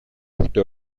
urte